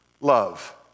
love